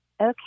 Okay